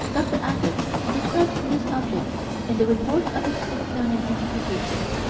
dr. abbott describes this object in the report of the smithsonian institution,